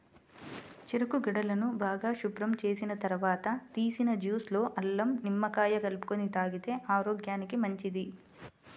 చెరుకు గడలను బాగా శుభ్రం చేసిన తర్వాత తీసిన జ్యూస్ లో అల్లం, నిమ్మకాయ కలుపుకొని తాగితే ఆరోగ్యానికి మంచిది